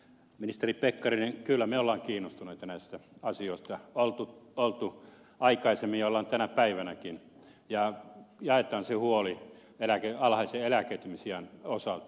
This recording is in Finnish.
ministeri pekkarinen kyllä me olemme kiinnostuneita näistä asioista olemme olleet aikaisemmin ja olemme tänä päivänäkin ja jaamme sen huolen alhaisen eläköitymisiän osalta